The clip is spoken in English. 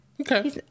Okay